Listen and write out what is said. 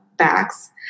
backs